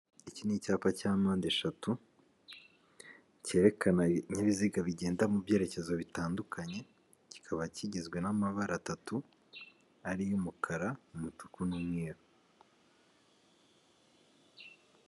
Iki ni icyapa cya mpande eshatu kerekana ibinyabiziga bigenda mu byerekezo bitandukanye, kikaba kigizwe n'amabara atatu ariyo umukara, umutuku n'umweru.